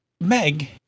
Meg